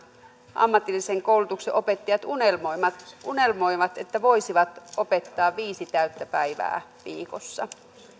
ammatillisen koulutuksen opettajat unelmoivat unelmoivat että voisivat opettaa viisi täyttä päivää viikossa